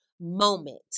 moment